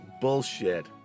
bullshit